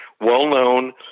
Well-known